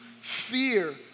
fear